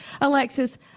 Alexis